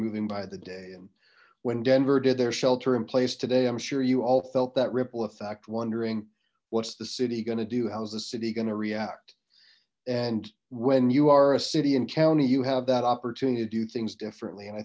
moving by the day and when denver did their shelter in place today i'm sure you all felt that ripple effect wondering what's the city going to do how's the city going to react and when you are a city and county you have that opportunity to do things differently and i